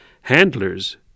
Handlers